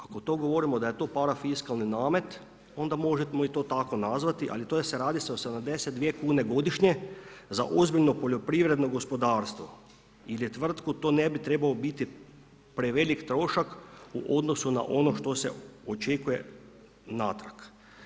Ako to govorimo da je to parafiskalni namet, onda možemo to i tako nazvati ali to se radi o 72 kune godišnje zaozbiljno poljoprivredno gospodarstvo i tvrtku, to ne bi trebalo prevelik trošak u odnosu na ono što se očekuje natrag.